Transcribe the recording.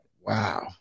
Wow